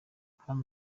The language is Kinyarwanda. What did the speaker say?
hano